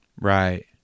Right